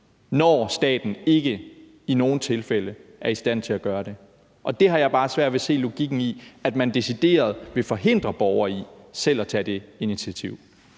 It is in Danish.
når staten i nogle tilfælde ikke er i stand til at gøre det. Der har jeg bare svært ved se logikken i, at man decideret vil forhindre borgere i selv at tage det initiativ.